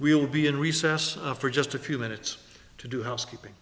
will be in recess for just a few minutes to do housekeeping